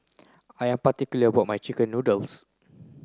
I am particular about my chicken noodles